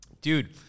dude